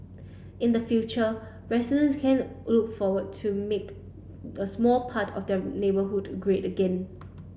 in the future residents can look forward to make the small part of their neighbourhood great again